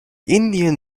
indian